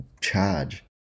charge